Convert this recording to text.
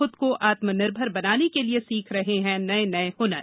खूद को आत्मनिर्भर बनाने के लिए सीख रहे हैं नए नए ह्नर